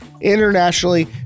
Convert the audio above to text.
internationally